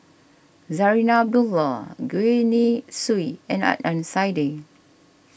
Zarinah Abdullah Gwee Li Sui and Adnan Saidi